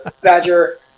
Badger